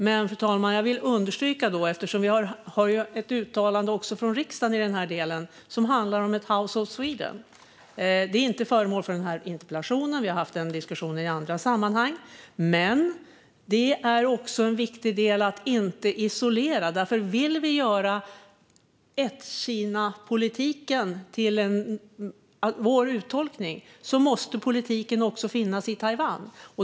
Men det finns ju också ett uttalande från riksdagen i den här delen, som handlar om ett House of Sweden. Det är inte föremål för den här interpellationen. Vi har haft den diskussionen i andra sammanhang. Men det är också viktigt att den delen inte isoleras. Vill vi göra vår uttolkning av ett-Kina-politiken måste politiken också finnas i Taiwan.